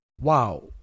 Wow